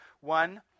One